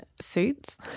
suits